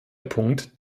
punkt